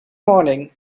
morning